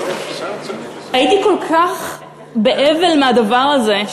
הייתי כל כך באבל מהדבר הזה.